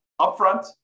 upfront